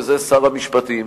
וזה שר המשפטים: